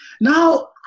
Now